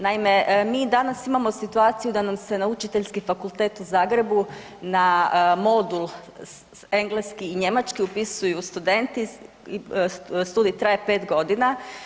Naime, mi danas imamo situaciju da nam se na Učiteljski fakultet u Zagrebu na modul engleski i njemački upisuju studenti i studij traje 5 godina.